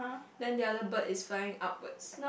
then the other bird is flying upwards